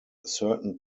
certain